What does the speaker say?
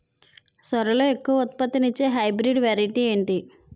సోరలో ఎక్కువ ఉత్పత్తిని ఇచే హైబ్రిడ్ వెరైటీ ఏంటి?